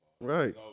Right